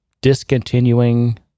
discontinuing